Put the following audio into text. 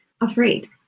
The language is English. afraid